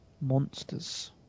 monsters